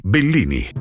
Bellini